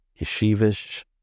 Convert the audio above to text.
yeshivish